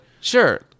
sure